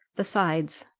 besides,